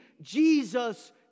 Jesus